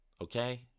okay